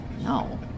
No